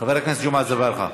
חבר הכנסת ג'מעה אזברגה,